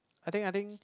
I think I think